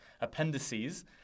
appendices